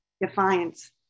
Defiance